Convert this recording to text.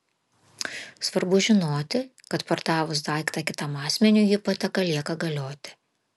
svarbu žinoti kad pardavus daiktą kitam asmeniui hipoteka lieka galioti